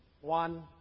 One